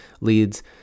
leads